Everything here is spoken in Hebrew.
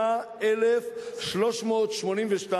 46,382,